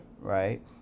right